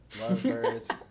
lovebirds